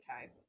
time